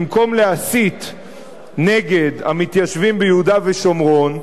במקום להסית נגד המתיישבים ביהודה ושומרון,